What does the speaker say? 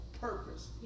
purpose